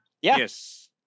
yes